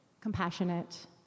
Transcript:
compassionate